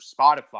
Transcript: Spotify